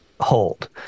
hold